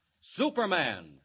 Superman